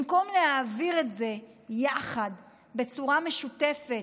במקום להעביר את זה יחד, בצורה משותפת,